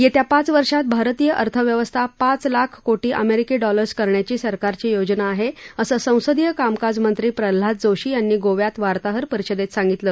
येत्या पाच वर्षात भारतीय अर्थव्यवस्था पाच लाख कोटी अमेरिकी डॉलर्सची करण्याची सरकारची योजना आहे असं संसदीय कामकाज मंत्री प्रल्हाद जोशी यांनी गोव्यात वार्ताहर परिषदेत सांगितलं